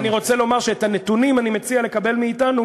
אני רוצה לומר שאת הנתונים אני מציע לקבל מאתנו